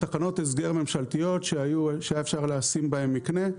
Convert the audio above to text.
תחנות הסגר ממשלתיות שהיה אפשר לשים בהם מקנה,